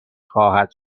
خواهد